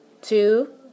Two